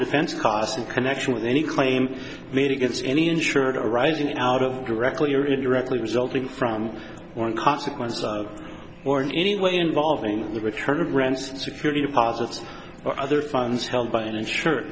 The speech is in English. defense costs in connection with any claim made against any insured arising out of directly or indirectly resulting from or consequences or in any way involving the return of rent security deposits or other funds held by an insur